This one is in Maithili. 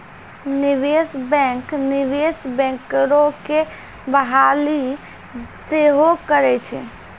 निवेशे बैंक, निवेश बैंकरो के बहाली सेहो करै छै